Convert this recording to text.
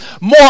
more